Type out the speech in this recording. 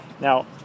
Now